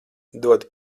dod